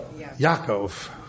Yaakov